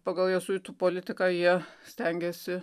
pagal jėzuitų politiką jie stengėsi